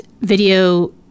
video